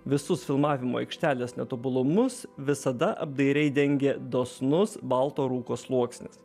visus filmavimo aikštelės netobulumus visada apdairiai dengė dosnus balto rūko sluoksnis